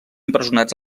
empresonats